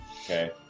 Okay